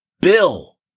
Bill